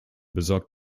besorgt